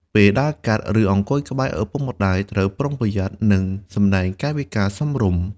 ពេលដើរកាត់ ឬអង្គុយក្បែរឪពុកម្តាយ ត្រូវប្រុងប្រយ័ត្ន និងសម្ដែងកាយវិការសមរម្យ។